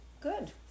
good